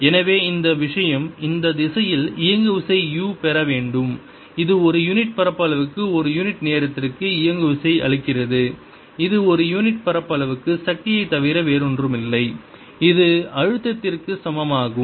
எனவே இந்த விஷயம் இந்த திசையில் இயங்குவிசை u பெற வேண்டும் இது ஒரு யூனிட் பரப்பளவுக்கு ஒரு யூனிட் நேரத்திற்கு இயங்குவிசை அளிக்கிறது இது ஒரு யூனிட் பரப்பளவுக்கு சக்தியைத் தவிர வேறொன்றுமில்லை இது அழுத்தத்திற்கு சமமாகும்